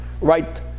right